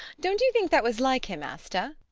don't you think that was like him, asta?